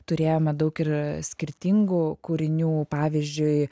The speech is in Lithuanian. turėjome daug ir skirtingų kūrinių pavyzdžiui